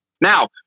Now